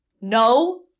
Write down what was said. no